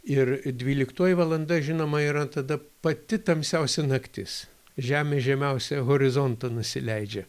ir dvyliktoji valanda žinoma yra tada pati tamsiausia naktis žemė į žemiausią horizontą nusileidžia